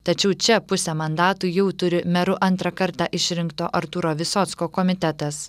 tačiau čia pusę mandatų jau turi meru antrą kartą išrinkto artūro visocko komitetas